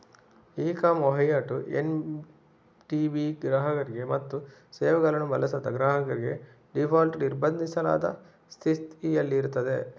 E com ವಹಿವಾಟು ಎನ್.ಟಿ.ಬಿ ಗ್ರಾಹಕರಿಗೆ ಮತ್ತು ಸೇವೆಗಳನ್ನು ಬಳಸದ ಗ್ರಾಹಕರಿಗೆ ಡೀಫಾಲ್ಟ್ ನಿರ್ಬಂಧಿಸಲಾದ ಸ್ಥಿತಿಯಲ್ಲಿರುತ್ತದೆ